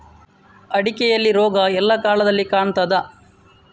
ಅಡಿಕೆಯಲ್ಲಿ ರೋಗ ಎಲ್ಲಾ ಕಾಲದಲ್ಲಿ ಕಾಣ್ತದ?